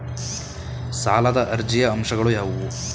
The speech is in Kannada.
ಸಾಲದ ಅರ್ಜಿಯ ಅಂಶಗಳು ಯಾವುವು?